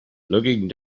looking